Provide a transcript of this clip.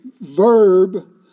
verb